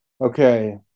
okay